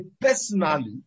personally